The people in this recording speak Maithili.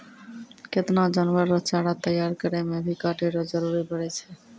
केतना जानवर रो चारा तैयार करै मे भी काटै रो जरुरी पड़ै छै